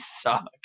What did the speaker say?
suck